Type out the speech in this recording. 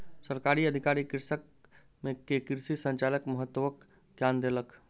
सरकारी अधिकारी कृषक के कृषि संचारक महत्वक ज्ञान देलक